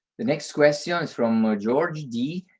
the next question is from ah george d.